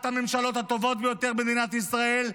אחת הממשלות הטובות ביותר שהיו במדינת ישראל,